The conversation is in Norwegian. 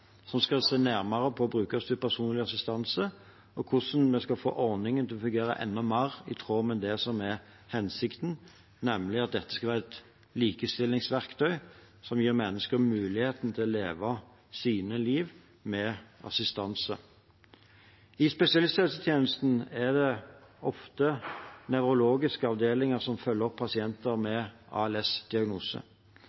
som skal se nærmere på brukerstyrt personlig assistanse, og på hvordan vi skal få ordningen til å fungere enda mer i tråd med hensikten, nemlig at dette skal være et likestillingsverktøy, som gir mennesker mulighet til å leve sitt liv med assistanse. I spesialisthelsetjenesten er det ofte nevrologiske avdelinger som følger opp pasienter med